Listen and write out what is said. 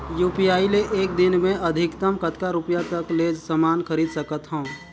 UPI ले एक दिन म अधिकतम कतका रुपिया तक ले समान खरीद सकत हवं?